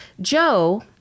Joe